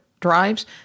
drives